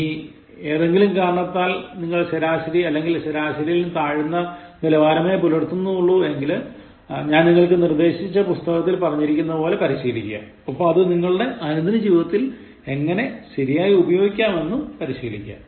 ഇനി ഏതെങ്കിലും കാരണത്താൽ നിങ്ങൾ ശരാശരി അല്ലെങ്കിൽ ശരാശരിയിലും താഴ്ന്ന നിലവാരമേ പുലർത്തുന്നുള്ളു എങ്കിൽ ഞാൻ നിങ്ങൾക്കു നിർദ്ദേശിച്ച പുസ്തകത്തിൽ പറഞ്ഞിരിക്കുന്നതുപോലെ പരിശീലിക്കുക ഒപ്പം അത് നിങ്ങളുടെ അനുദിന ജീവിതത്തിൽ എങ്ങനെ ശരിയായി ഉപയോഗിക്കാമെന്നും പരിശീലിക്കുക